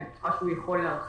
אני בטוחה שהוא יכול להרחיב,